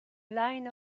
line